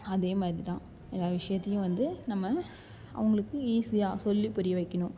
அதே மாதிரி தான் எல்லா விஷியத்துலியும் வந்து நம்ம அவங்களுக்கு ஈஸியாக சொல்லி புரிய வைக்கணும்